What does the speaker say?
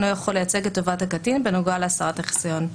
ואינו יכול לייצג את טובת הקטין בנוגע להסרת החיסיון".